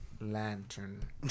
Lantern